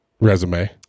resume